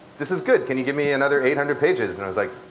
this is good can you give me another eight hundred pages. and i was like,